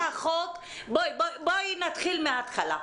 בואי נתחיל מההתחלה,